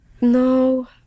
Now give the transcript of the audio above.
No